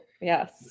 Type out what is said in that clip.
yes